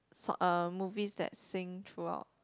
sort uh movies that sing throughout